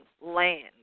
land